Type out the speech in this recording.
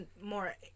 more